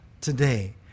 today